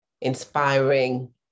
inspiring